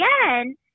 again